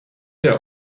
der